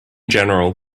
general